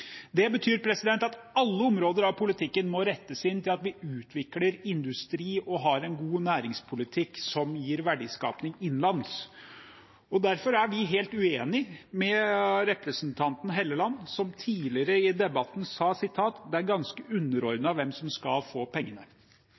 Det betyr at alle områder av politikken må rettes inn mot at vi utvikler industri og har en god næringspolitikk som gir verdiskaping innenlands. Derfor er vi helt uenig med representanten Helleland som tidligere i debatten sa: «Da er det ganske underordnet hvem som får pengene.»